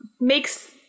Makes